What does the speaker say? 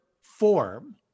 form